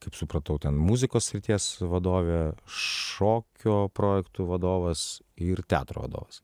kaip supratau ten muzikos srities vadovė šokio projektų vadovas ir teatro vadovas